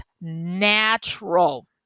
natural